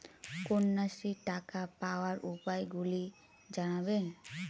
কন্যাশ্রীর টাকা পাওয়ার উপায়গুলি জানাবেন?